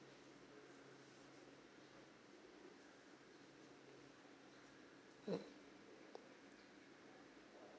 mm